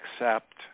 accept